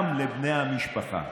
גם לבני המשפחה.